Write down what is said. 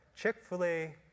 Chick-fil-A